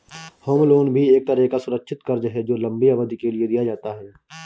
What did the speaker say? home loan भी एक तरह का सुरक्षित कर्ज है जो लम्बी अवधि के लिए दिया जाता है